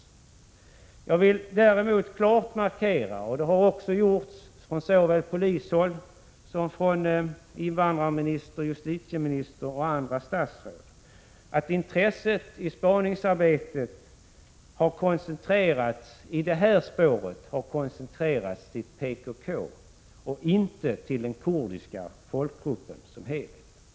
Däremot vill jag klart markera — det har också gjorts från polishåll, av invandrarministern, justitieministern och andra statsråd — att intresset i spaningsarbetet, när det gäller det här spåret, har koncentrerats till PKK och inte till den kurdiska folkgruppen som helhet.